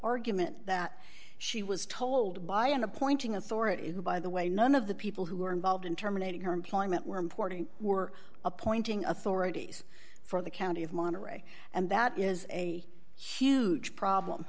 argument that she was told by an appointing authority who by the way none of the people who were involved in terminating her employment were importing we're appointing authorities for the county of monterey and that is a huge problem